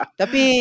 tapi